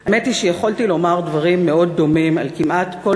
האמת היא שיכולתי לומר דברים מאוד דומים על כמעט כל